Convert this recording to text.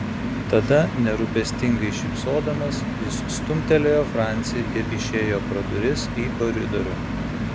tada nerūpestingai šypsodamas jis stumtelėjo francį ir išėjo pro duris į koridorių